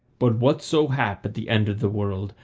but whatso hap at the end of the world,